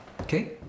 okay